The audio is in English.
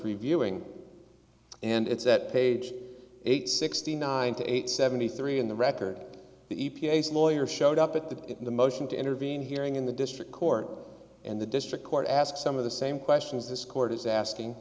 reviewing and it's that page eight sixty nine to eight seventy three in the record the e p a s lawyer showed up at the in the motion to intervene hearing in the district court and the district court ask some of the same questions this court is asking